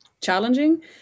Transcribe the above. challenging